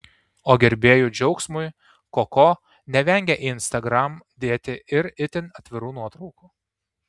o gerbėjų džiaugsmui koko nevengia į instagram dėti ir itin atvirų nuotraukų